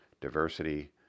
diversity